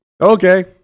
Okay